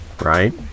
right